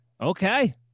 Okay